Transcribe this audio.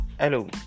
hello